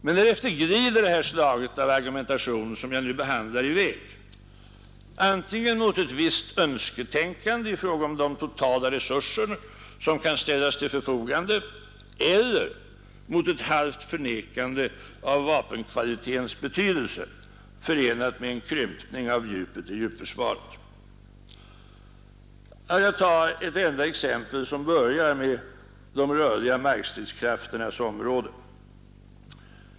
Men därefter glider det slag av argumentation, som jag nu behandlar, i väg antingen mot ett visst önsketänkande i fråga om de totala resurser, som kan ställas till förfogande, eller mot ett halvt förnekande av vapenkvaliténs betydelse förenat med en krympning av djupet i djupförsvaret. Jag skall nämna ett enda exempel som berör de rörliga markstridskrafternas område.